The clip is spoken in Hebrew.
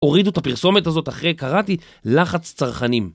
הורידו את הפרסומת הזאת אחרי, קראתי, לחץ צרכנים.